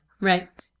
Right